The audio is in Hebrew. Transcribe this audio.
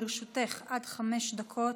לרשותך עד חמש דקות.